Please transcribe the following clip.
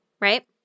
Right